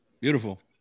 beautiful